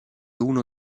uno